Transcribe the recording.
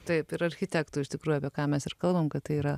taip ir architektų iš tikrųjų apie ką mes ir kalbam kad tai yra